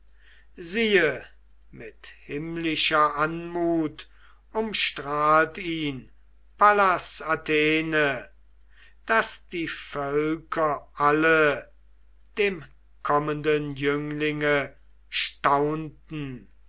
siehe mit himmlischer anmut umstrahlt ihn pallas athene daß die völker alle dem kommenden jünglinge staunten